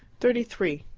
thirty-three.